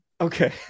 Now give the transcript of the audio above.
Okay